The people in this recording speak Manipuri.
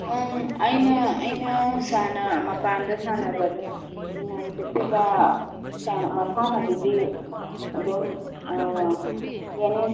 ꯑꯪ ꯑꯩꯅ ꯑꯩꯅ ꯃꯄꯥꯟꯗ ꯁꯥꯟꯅꯕꯗ ꯅꯨꯡꯉꯥꯏꯖꯈꯤꯕ ꯃꯁꯥꯟꯅꯗꯨꯗꯤ ꯑꯗꯨꯝ ꯇꯦꯅꯤꯁ